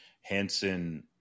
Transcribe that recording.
Hansen